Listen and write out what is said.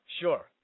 Sure